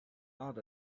hard